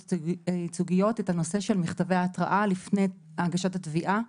ייצוגיות את הנושא של מכתבי התראה לפני הגשת התביעה.